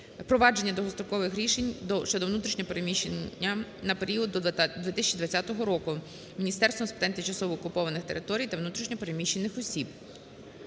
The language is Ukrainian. провадження довгострокових рішень щодо внутрішнього переміщення на період до 2020 року" Міністерством з питань тимчасово окупованих територій та внутрішньо переміщених осіб.